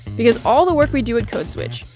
because all the work we do at code switch,